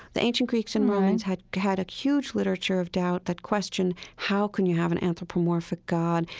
the ancient greeks and romans had had a huge literature of doubt that questioned, how can you have an anthropomorphic god?